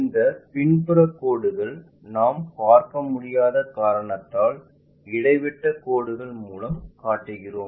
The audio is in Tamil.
இந்த பின்புற கோடுகள் நாம் பார்க்க முடியாத காரணத்தால் இடைவிட்டக் கோடுகள் மூலம் காட்டுகிறோம்